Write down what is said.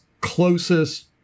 closest